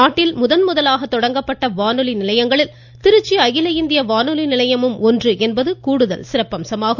நாட்டில் முதன்முதலாக தொடங்கப்பட்ட வானொலி நிலையங்களில் திருச்சி அகில இந்திய வானொலி நிலையமும் ஒன்று என்பது இதன் சிறப்பம்சமாகும்